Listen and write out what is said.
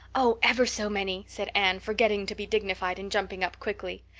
oh, ever so many, said anne forgetting to be dignified and jumping up quickly.